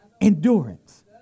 endurance